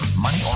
money